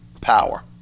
power